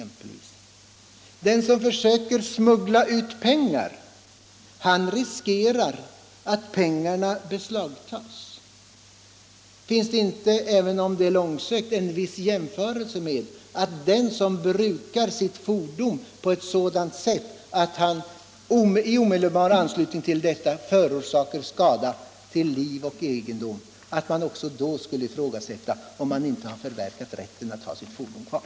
Den som försöker smuggla pengar ut ur landet riskerar att få pengarna beslagtagna. Kan man inte mot bakgrund härav — även om det är att gå långt —- ifrågasätta om inte den som brukar sitt fordon på sådant sätt att han bidrar till att — i omedelbar anslutning till bilfärden — orsaka skada till liv och egendom har förverkat rätten att ha sitt fordon kvar?